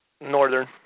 Northern